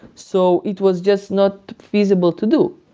so it was just not feasible to do.